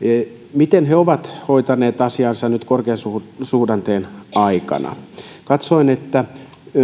miten he ovat hoitaneet asiansa nyt korkeasuhdanteen aikana katsoin että